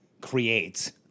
creates